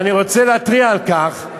ואני רוצה להתריע על כך,